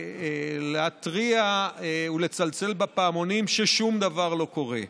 להתריע ולצלצל בפעמונים כששום דבר לא קורה?